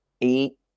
eight